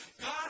God